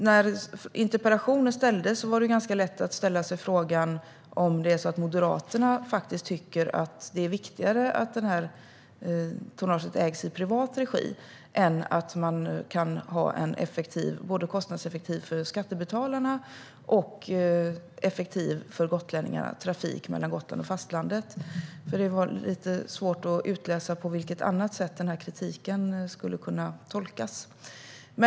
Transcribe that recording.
När interpellationen ställdes var det lätt att ställa sig frågan om Moderaterna tycker att det är viktigare att tonnaget ägs i privat regi än att man kan ha en både för skattebetalarna kostnadseffektiv och för gotlänningarna effektiv trafik mellan Gotland och fastlandet. Det var lite svårt att utläsa på vilket annat sätt kritiken skulle kunna tolkas.